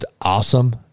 awesome